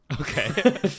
Okay